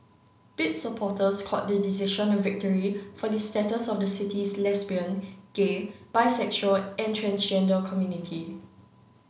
bid supporters called the decision a victory for the status of the city's lesbian gay bisexual and transgender community